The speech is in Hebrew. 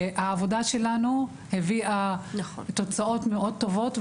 שהעבודה שלנו הביאה תוצאות מאוד טובות.